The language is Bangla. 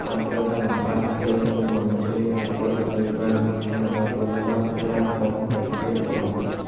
আর্দ্রতা মাপার স্কেল কুনো অঞ্চলের আর্দ্রতার পরিমাণ দিখানা বা পরিমাপ কোরার কম খরচের উপায়